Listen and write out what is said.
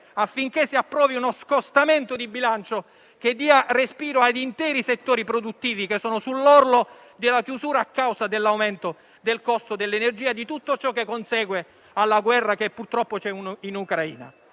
affinché si approvi uno scostamento di bilancio che dia respiro a interi settori produttivi che sono sull'orlo della chiusura a causa dell'aumento del costo dell'energia e di tutto ciò che consegue alla guerra che, purtroppo, c'è in Ucraina?